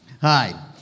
Hi